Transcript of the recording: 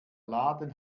laden